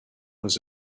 was